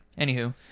anywho